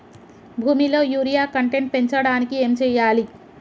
భూమిలో urea content పెంచడానికి ఏం చేయాలి?